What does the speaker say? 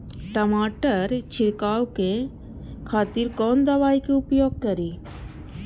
टमाटर छीरकाउ के खातिर कोन दवाई के उपयोग करी?